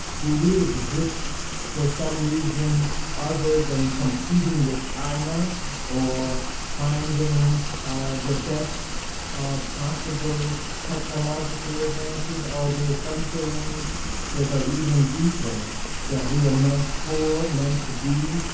do we exist for some reason other than competing with china or finding the best possible technological advances? are there some things that are even deeper that we are meant for, meant to be,